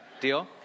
Deal